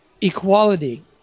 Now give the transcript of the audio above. equality